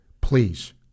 please